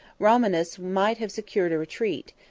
romanus might have secured a retreat,